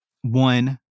one